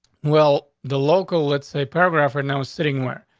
well, the local it's a paragraph. when i was sitting where?